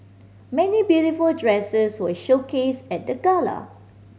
many beautiful dresses were showcased at the gala